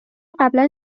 قبلا